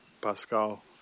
Pascal